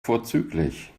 vorzüglich